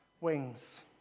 wings